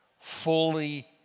Fully